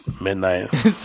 midnight